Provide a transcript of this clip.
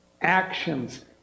actions